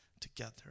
together